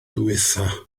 ddiwethaf